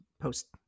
post